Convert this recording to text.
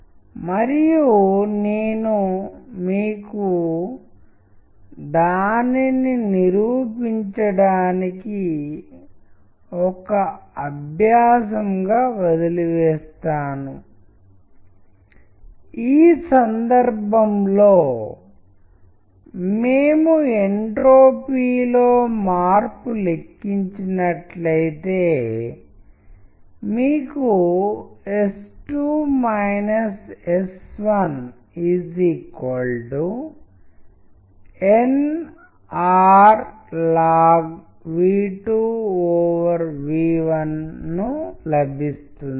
CMUలో చేసిన పని నుండి నేను మీకు మరొక ఉదాహరణ ఇస్తాను కార్నెగీ మెల్లన్ యూనివర్శిటీ వారి టెక్స్ట్ యానిమేషన్ మరియు ఇది ప్రాజెక్ట్లో భాగం దీనిని కైనటిక్ టెక్స్ట్ ప్రాజెక్ట్ అని పిలుస్తారు మరియు ఇది భావోద్వేగ ప్రభావాన్ని సృష్టించడానికి టెక్స్ట్లను ఎంత శక్తివంతంగా మార్చగలదో ఒక ఉదాహరణను అందిస్తుంది